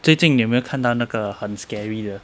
最近你有没有看到那个很 scary leh